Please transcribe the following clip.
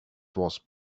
was